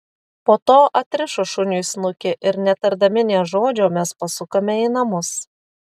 po to atrišo šuniui snukį ir netardami nė žodžio mes pasukome į namus